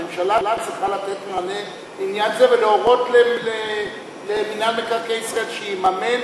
הממשלה צריכה לתת מענה בעניין זה ולהורות למינהל מקרקעי ישראל לממן,